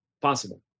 possible